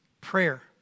prayer